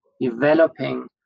developing